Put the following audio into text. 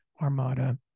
Armada